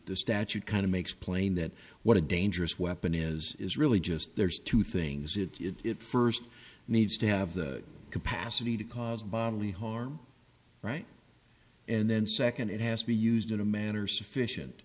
the statute kind of makes plain that what a dangerous weapon is is really just there's two things it's it first needs to have the capacity to cause bodily harm right and then second it has to be used in a manner sufficient